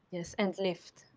yes, and lyft.